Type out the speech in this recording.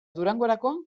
durangorako